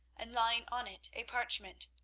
and lying on it a parchment.